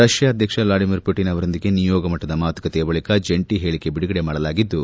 Russia ಅಧ್ಯಕ್ಷ Vladimir Putin ಅವರೊಂದಿಗೆ ನಿಯೋಗ ಮಟ್ಟದ ಮಾತುಕತೆಯ ಬಳಿಕ ಜಂಟಿ ಹೇಳಿಕೆ ಬಿಡುಗಡೆ ಮಾಡಲಾಗಿದ್ದು